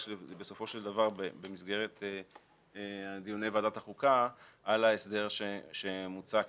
בסופו של דבר במסגרת דיוני ועדת החוקה על ההסדר שמוצע כאן,